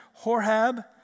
Horhab